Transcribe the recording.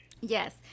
Yes